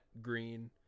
green